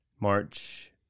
March